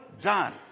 done